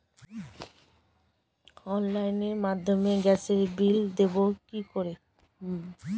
অনলাইনের মাধ্যমে গ্যাসের বিল দেবো কি করে?